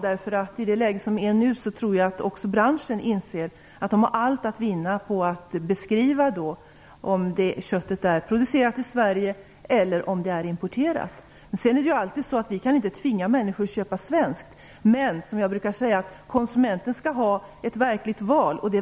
I dagens läge inser branschen att de har allt att vinna på att beskriva om kött är producerat i Sverige eller om det är importerat. Vi kan sedan inte tvinga människor att köpa svenskt, men konsumenterna skall ha ett verkligt val.